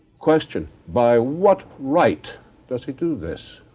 question, by what right does he do this?